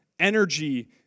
energy